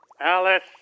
Alice